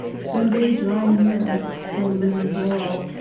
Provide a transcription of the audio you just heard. it's been a very dry year so the river is low.